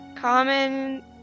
common